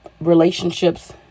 Relationships